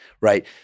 right